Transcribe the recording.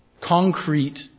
concrete